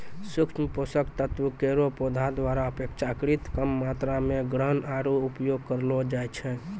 सूक्ष्म पोषक तत्व केरो पौधा द्वारा अपेक्षाकृत कम मात्रा म ग्रहण आरु उपयोग करलो जाय छै